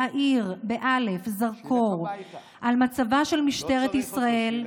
היא להאיר בזרקור את מצבה של משטרת ישראל,